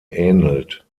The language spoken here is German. ähnelt